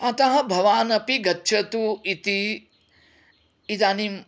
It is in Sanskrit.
अतः भवानपि गच्छतु इति इदानीं